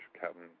Captain